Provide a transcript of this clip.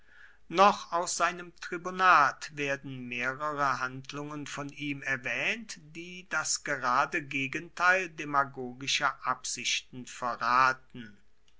noch aus seinem tribunat werden mehrere handlungen von ihm erwähnt die das gerade gegenteil demagogischer absichten verraten